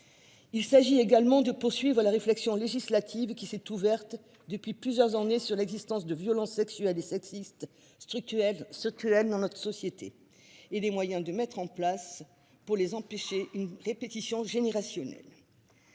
Il s'agit également de poursuivre la réflexion législative qui s'est ouverte depuis plusieurs années sur l'existence de violences sexuelles et sexistes structurelle ce M. dans notre société et les moyens de mettre en place pour les empêcher. Une répétition générationnel.